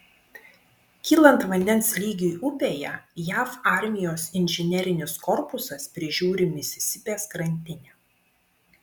kylant vandens lygiui upėje jav armijos inžinerinis korpusas prižiūri misisipės krantinę